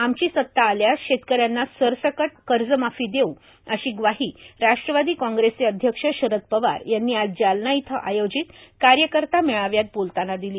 आमची सत्ता आल्यास शेतकऱ्यांना सरकट कर्जमाफी देऊ अशी ग्वाही राष्ट्रवादी काँग्रेसचे अध्यक्ष शरद पवार यांनी आज जालना इथं आयोजित कार्यकर्ता मेळाव्यात बोलताना दिली